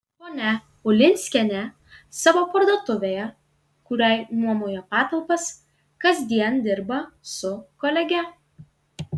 ponia ulinskienė savo parduotuvėje kuriai nuomoja patalpas kasdien dirba su kolege